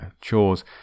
chores